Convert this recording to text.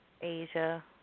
Asia